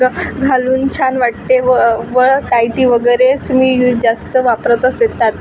ग घालून छान वाटते व व टायटी वगैरेच मी जास्त वापरत असते त्यात